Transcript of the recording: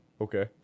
Okay